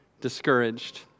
discouraged